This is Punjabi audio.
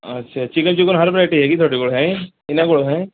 ਅੱਛਾ ਚਿਕਨ ਚੁਕਨ ਹਰ ਵਰਾਇਟੀ ਹੈਗੀ ਤੁਹਾਡੇ ਕੋਲ ਹੈਂ ਇਹਨਾਂ ਕੋਲ ਹੈਂ